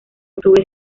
octubre